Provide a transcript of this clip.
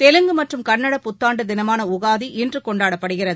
தெலுங்கு மற்றும் கன்னட புத்தாண்டு தினமான யுகாதி இன்று கொண்டாடப்படுகிறது